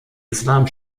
islam